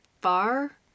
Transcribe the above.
far